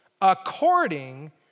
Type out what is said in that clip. according